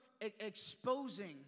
exposing